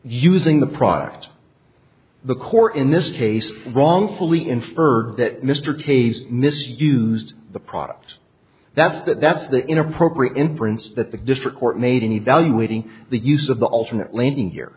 using the product the core in this case wrongfully infer that mr k s misused the product that's that that's the inappropriate inference that the district court made any downgrading the use of the alternate landing here